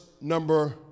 number